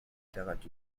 дагаад